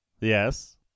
Yes